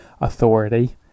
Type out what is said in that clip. authority